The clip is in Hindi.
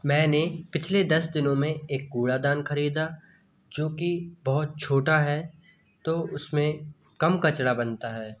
मैंने पिछले दस दिनों में एक कूड़ादान खरीदा जो कि बहुत छोटा है तो उसमें कम कचरा बनता है